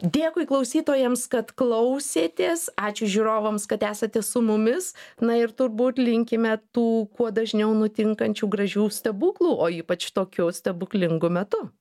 dėkui klausytojams kad klausėtės ačiū žiūrovams kad esate su mumis na ir turbūt linkime tų kuo dažniau nutinkančių gražių stebuklų o ypač tokiu stebuklingu metu